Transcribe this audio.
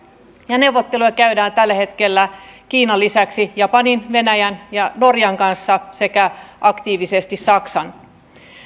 ja neuvotteluja käydään tällä hetkellä kiinan lisäksi japanin venäjän ja norjan sekä aktiivisesti saksan kanssa